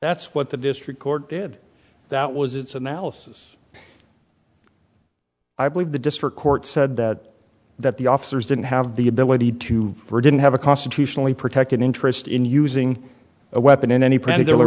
that's what the district court did that was its analysis i believe the district court said that that the officers didn't have the ability to for didn't have a constitutionally protected interest in using a weapon in any particular